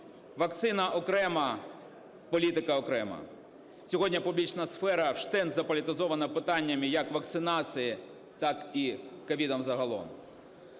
вакцина – окремо, політика – окремо. Сьогодні публічна сфера вщент заполітизована питаннями як вакцинації, так і COVID загалом.